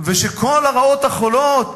ושכל הרעות החולות